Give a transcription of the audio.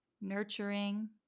nurturing